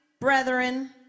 brethren